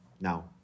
now